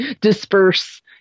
disperse